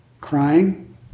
crying